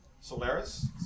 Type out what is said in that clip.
Solaris